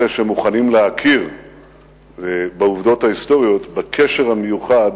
אלה שמוכנים להכיר בעובדות ההיסטוריות ובקשר המיוחד,